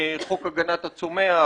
חוק הגנת הצומח,